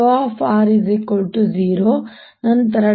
ನಾನು 𝝆 0 ಎಂದು ತೆಗೆದುಕೊಳ್ಳುತ್ತೇನೆ ನಂತರ